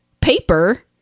paper